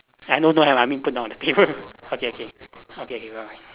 uh no don't have I mean put down the telephone okay okay okay okay bye bye